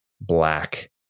black